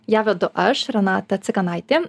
ją vedu aš renata cikanaitė